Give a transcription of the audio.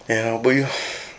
ya how about you